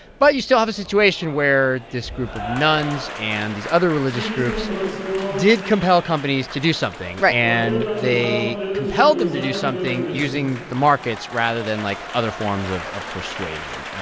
but you still have a situation where this group of nuns and these other religious groups did compel companies to do something right and they compelled them to do something using the markets rather than, like, other forms of of persuasion.